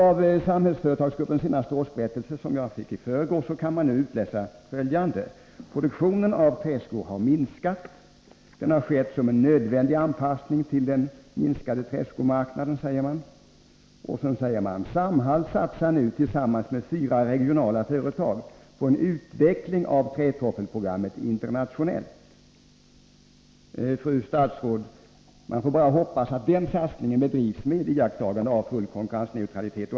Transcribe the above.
Av Samhällsföretagsgruppens senaste årsberättelse, som jag fick i förrgår, kan man utläsa följande: Produktionen av träskor har minskat. Detta har skett som en nödvändig anpassning till den minskade träskomarknaden. Samhall satsar nu, tillsammans med fyra regionala företag, på en utveckling av trätoffelprogrammet internationellt. Fru statsråd! Man får bara hoppas att den satsningen bedrivs med iakttagande av full konkurrensneutralitet.